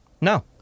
No